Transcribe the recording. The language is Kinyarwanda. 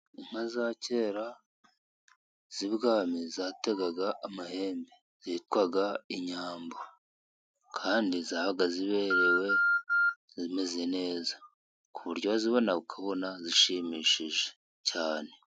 Inka za kera z'ibwami, zategaga amahembe zitwaga inyambo. Kandi zabaga ziberewe, zimeze neza. Ku buryo wazibona ukabona zishimishije cyane.